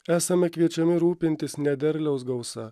esame kviečiami rūpintis ne derliaus gausa